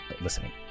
listening